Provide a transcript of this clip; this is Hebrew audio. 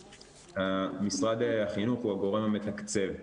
משרד החינוך הוא הגורם המתקצב.